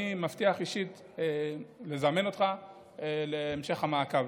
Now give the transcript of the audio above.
אני מבטיח אישית לזמן אותך להמשך המעקב.